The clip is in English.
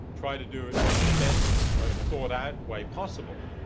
try to do it in the best, most thought-out way possible,